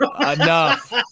enough